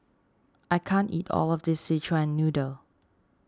I can't eat all of this Szechuan Noodle